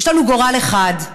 יש לנו גורל אחד,